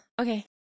okay